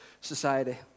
society